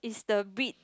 is the bit